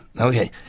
okay